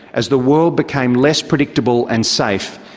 as the world became less predictable and safe,